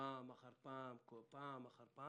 פעם אחר פעם, פעם אחר פעם,